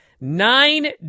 nine